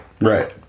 Right